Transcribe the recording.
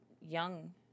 young